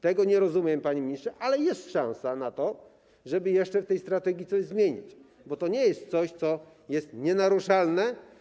Tego nie rozumiem, panie ministrze, ale jest szansa na to, żeby jeszcze coś w tej strategii zmienić, bo to nie jest coś, co jest nienaruszalne.